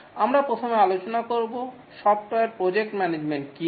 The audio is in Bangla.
আমরা প্রথমে আলোচনা করব সফটওয়্যার প্রজেক্ট ম্যানেজমেন্ট কি